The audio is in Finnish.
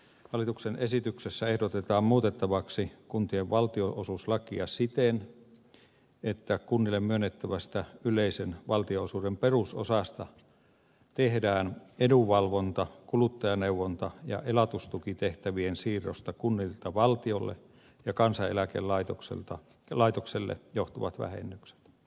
hallituksen esityksessä ehdotetaan muutettavaksi kuntien valtionosuuslakia siten että kunnille myönnettävästä yleisen valtionosuuden perusosasta tehdään edunvalvonta kuluttajaneuvonta ja elatustukitehtävien siirrosta kunnilta valtiolle ja kansaneläkelaitokselle johtuvat vähennykset